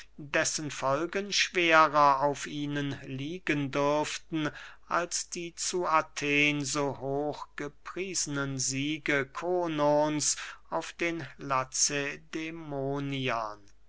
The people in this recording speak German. dessen folgen schwerer auf ihnen liegen dürften als die zu athen so hoch gepriesenen siege konons auf den